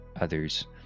others